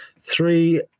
three